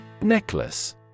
Necklace